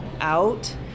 out